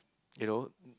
you know